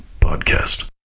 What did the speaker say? podcast